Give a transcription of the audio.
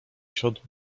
siodło